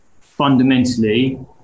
fundamentally